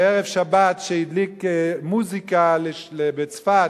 בערב שבת, שהדליק מוזיקה, בצפת,